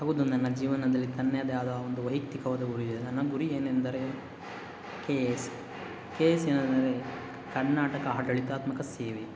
ಹೌದು ನನ್ನ ಜೀವನದಲ್ಲಿ ತನ್ನದೆ ಆದ ಒಂದು ವೈಯಕ್ತಿಕವಾದ ಗುರಿ ಇದೆ ನನ್ನ ಗುರಿ ಏನೆಂದರೆ K A S K S ಏನಂದರೆ ಕರ್ನಾಟಕ ಆಡಳಿತಾತ್ಮಕ ಸೇವೆ